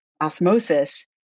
osmosis